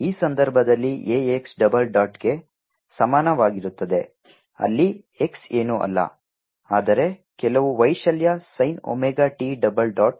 ಈ ಸಂದರ್ಭದಲ್ಲಿ a x double ಡಾಟ್ಗೆ ಸಮಾನವಾಗಿರುತ್ತದೆ ಅಲ್ಲಿ x ಏನೂ ಅಲ್ಲ ಆದರೆ ಕೆಲವು ವೈಶಾಲ್ಯ sin omega t double dot